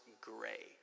gray